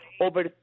over